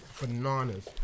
bananas